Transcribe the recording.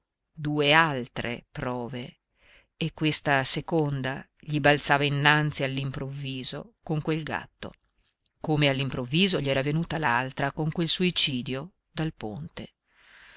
due altre prove e questa seconda gli balzava innanzi all'improvviso con quel gatto come all'improvviso gli era venuta l'altra con quel suicidio dal ponte